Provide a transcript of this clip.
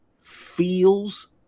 feels